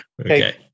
Okay